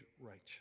righteous